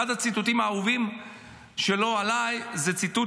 אחד הציטוטים האהובים שלו עליי זה ציטוט